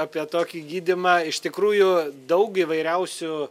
apie tokį gydymą iš tikrųjų daug įvairiausių